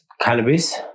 cannabis